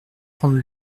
prendre